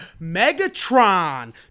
Megatron